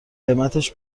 قیمتش